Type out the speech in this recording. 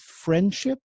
friendship